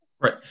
Right